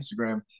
instagram